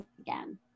again